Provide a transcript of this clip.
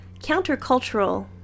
countercultural